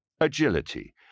agility